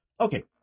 okay